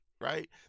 right